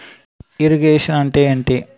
Irrigation అంటే ఏంటీ?